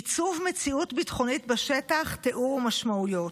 עיצוב מציאות ביטחונית בשטח, תיאור ומשמעויות.